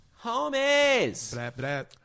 Homies